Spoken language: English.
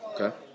Okay